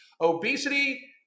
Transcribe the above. Obesity